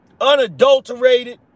unadulterated